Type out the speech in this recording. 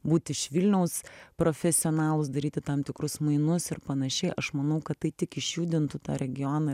būt iš vilniaus profesionalūs daryti tam tikrus mainus ir panašiai aš manau kad tai tik išjudintų tą regioną